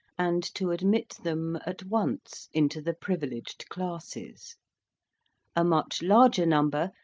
and to admit them at once into the privileged classes a much larger number,